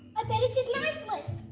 i bet it's his nice list.